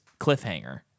cliffhanger